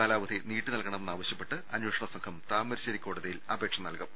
കാലാവധി നീട്ടി നൽകണമെന്നാവശ്യപ്പെട്ട് അന്വേഷണസംഘം താമരശ്ശേരി കോടതിയിൽ അപേക്ഷ നൽകും